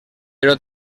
però